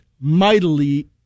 mightily